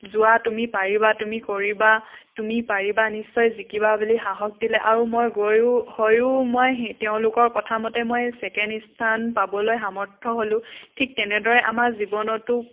যোৱা তুমি পাৰিবা তুমি কৰিবা তুমি পাৰিবা নিশ্চয় জিকিবা বুলি সাহস দিলে আৰু মই গৈয়ো হয়ো মই তেওঁলোকৰ কথামতে মই ছেকেণ্ড স্থান পাবলৈ সামৰ্থ হ'লো ঠিক তেনেদৰে আমাৰ জীৱনতো